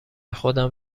خودم